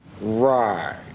Right